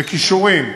כישורים,